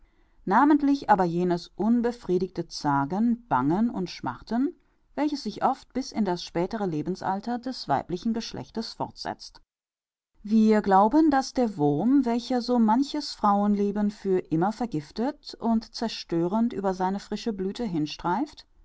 namentlich aber jenes unbefriedigte zagen bangen und schmachten welches sich oft bis in das spätere lebensalter des weiblichen geschlechtes fortsetzt wir glauben daß der wurm welcher so manches frauenleben für immer vergiftet und zerstörend über seine frische blüthe hinstreift